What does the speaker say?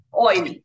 Oil